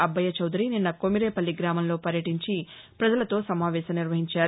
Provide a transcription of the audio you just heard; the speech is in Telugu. అబ్బయ్యచౌదరి నిన్న కామిరేపల్లి గ్రామంలో పర్యటించి ప్రజలతో సమావేశం నిర్వహించారు